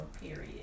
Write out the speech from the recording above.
period